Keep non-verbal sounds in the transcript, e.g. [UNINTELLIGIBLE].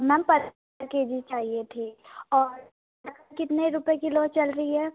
ma'am [UNINTELLIGIBLE] के G चाहिए थी और मैम कितने रुपए किलो चल रही है